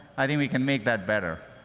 i think we can make that better.